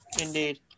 indeed